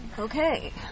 Okay